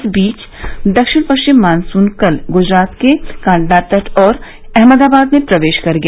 इस बीच दक्षिण पश्चिम मानसून कल गुजरात के कांडला तट और अहमदाबाद में प्रवेश कर गया